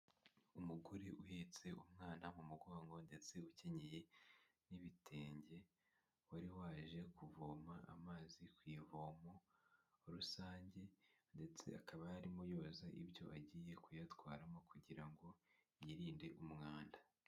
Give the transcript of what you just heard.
Umugore uhetse umwana mu mugongo, ndetse ukennyeye n'ibitenge wari waje kuvoma amazi ku ivomo rusange, ndetse akaba arimo yoza ibyo agiye kuyatwaramo kugira ngo yirinde umwanda.